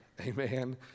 Amen